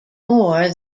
more